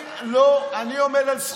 אני עומד על זכותי.